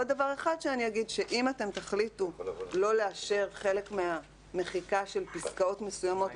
אם אתם תחליטו לא לאשר חלק מהמחיקה של פסקאות מסוימות,